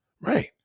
Right